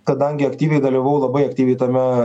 kadangi aktyviai dalyvavau labai aktyviai tame